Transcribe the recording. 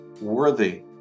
worthy